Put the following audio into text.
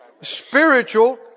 spiritual